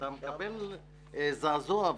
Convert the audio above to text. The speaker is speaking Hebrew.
ואתה מקבל זעזוע.